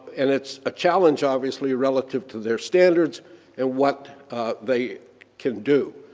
and it's a challenge obviously relative to their standards and what they can do.